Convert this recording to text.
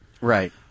Right